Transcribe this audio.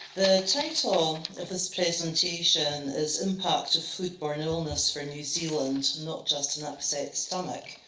title of his presentation is impact of foodborne illness for new zealand, not just an upset stomach.